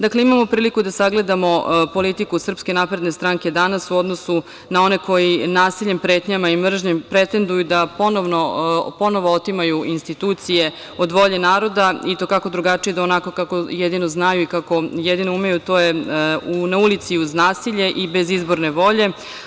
Dakle, imamo priliku da sagledamo politiku SNS danas u odnosu na one koji nasiljem, pretnjama i mržnjom pretenduju da ponovo otimaju institucije od volje naroda i to kako drugačije do onako kako jedino znaju i kako jedino umeju, a to je na ulici uz nasilje i bez izborne volje.